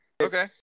Okay